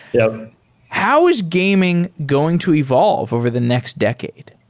yup how is gaming going to evolve over the next decade?